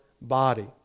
body